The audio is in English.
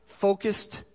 focused